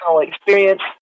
experience